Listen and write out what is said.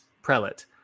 prelate